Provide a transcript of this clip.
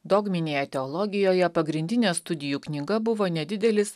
dogminėje teologijoje pagrindinė studijų knyga buvo nedidelis